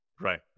Right